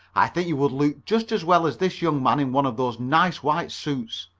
i think you would look just as well as this young man in one of those nice white suits.